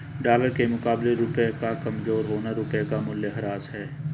dollar के मुकाबले रुपए का कमज़ोर होना रुपए का मूल्यह्रास है